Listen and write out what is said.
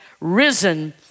risen